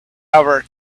other